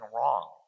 wrong